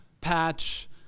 patch